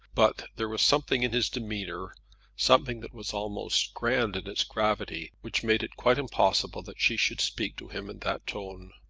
but there was something in his demeanour something that was almost grand in its gravity which made it quite impossible that she should speak to him in that tone.